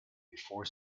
before